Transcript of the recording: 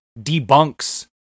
debunks